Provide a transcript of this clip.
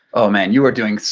oh, man. you are doing,